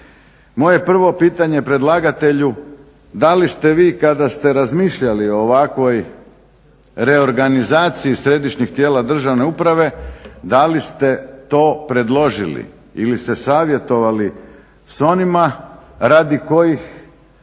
Moje prvo pitanje predlagatelju, da li ste vi kada ste razmišljali o ovakvoj reorganizaciji središnjih tijela državne uprave, da li ste to predložili ili se savjetovali s onima radi kojih